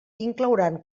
inclouran